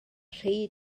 rhy